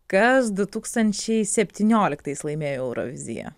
kas du tūkstančiai septynioliktais laimėjo euroviziją